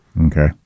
Okay